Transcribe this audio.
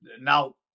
now